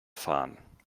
fahren